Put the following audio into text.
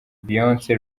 beyonce